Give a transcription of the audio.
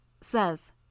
Says